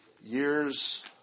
Years